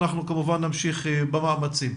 אנחנו כמובן נמשיך במאמצים.